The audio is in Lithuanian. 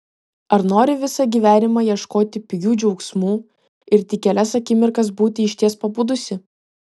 ar nori visą gyvenimą ieškoti pigių džiaugsmų ir tik kelias akimirkas būti išties pabudusi